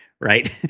Right